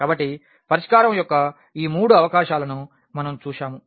కాబట్టి పరిష్కారం యొక్క ఈ 3 అవకాశాలను మనం చూశాము